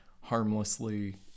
harmlessly